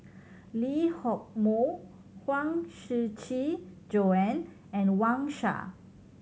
Lee Hock Moh Huang Shiqi Joan and Wang Sha